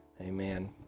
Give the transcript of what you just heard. Amen